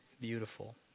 beautiful